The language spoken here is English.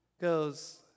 goes